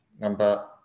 number